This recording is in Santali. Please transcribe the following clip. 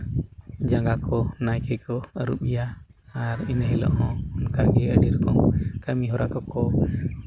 ᱡᱟᱸᱜᱟ ᱠᱚ ᱱᱟᱭᱠᱮ ᱠᱚ ᱟᱹᱨᱩᱵᱮᱭᱟ ᱟᱨ ᱮᱱ ᱦᱤᱞᱳᱜ ᱦᱚᱸ ᱚᱱᱠᱟ ᱜᱮ ᱟᱹᱰᱤ ᱠᱷᱚᱱ ᱠᱟᱹᱢᱤᱦᱚᱨᱟ ᱠᱚᱠᱚ